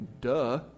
duh